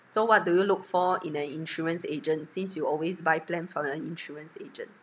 so what do you look for in an insurance agent since you always buy plan from your insurance agent